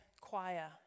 choir